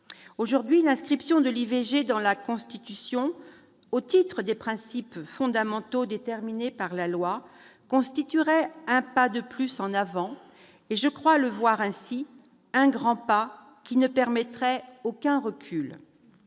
Aujourd'hui, l'inscription de l'IVG dans la Constitution, au titre des principes fondamentaux déterminés par la loi, constituerait un pas en avant de plus. Pour ma part, je le vois comme un grand pas, qui ne permettrait aucun recul.